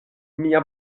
mia